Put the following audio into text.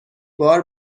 بار